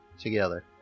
together